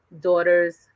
daughters